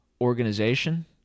organization